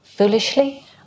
foolishly